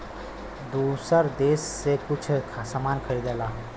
दूसर देस से कुछ सामान खरीदेला